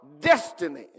destiny